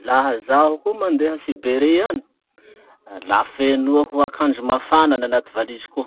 Laha zaho koa mandeha a siberie any, la fenoako akanjo mafana nanaty valiziko ao.